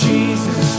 Jesus